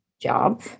job